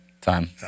Time